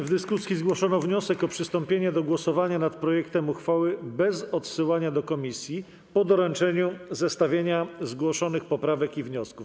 W dyskusji zgłoszono wniosek o przystąpienie do głosowania nad projektem uchwały bez odsyłania do komisji po doręczeniu zestawienia zgłoszonych poprawek i wniosków.